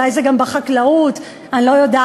אולי זה גם בחקלאות, אני לא יודעת.